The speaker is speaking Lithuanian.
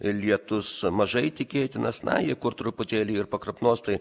lietus mažai tikėtinas na jei kur truputėlį ir pakrapnos tai